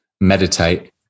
meditate